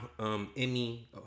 Emmy